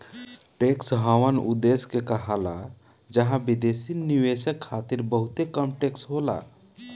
tax haven उ देश के कहाला जहां विदेशी निवेशक खातिर बहुते कम टैक्स होला